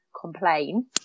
complain